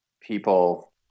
people